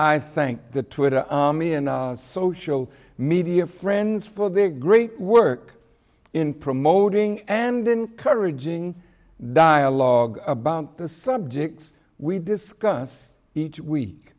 i thank the twitter me and social media friends for their great work in promoting and encouraging dialogue about the subjects we discuss each week